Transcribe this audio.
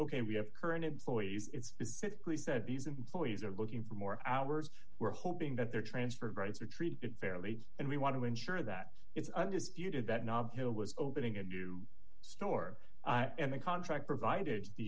ok we have current employees it's been physically said these employees are looking for more hours we're hoping that their transfer of rights are treated fairly and we want to ensure that it's undisputed that knob hill was opening a new store and the contract provided the